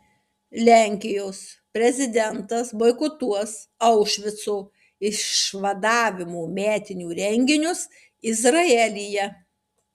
lenkijos prezidentas boikotuos aušvico išvadavimo metinių renginius izraelyje